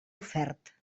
ofert